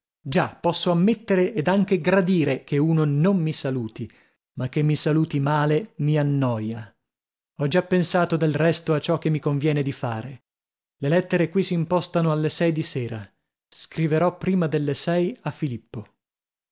già posso ammettere ed anche gradire che uno non mi saluti ma che mi saluti male mi annoia ho già pensato del resto a ciò che mi conviene di fare le lettere qui s'impostano alle sei di sera scriverò prima delle sei a filippo